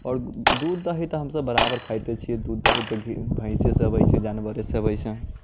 आओर दूध दही तऽ हमसब बराबर खाइते छियै दूध दही तऽ भैंसेसँ अबै छै जानवरेसँ अबै छै